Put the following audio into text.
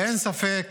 אין ספק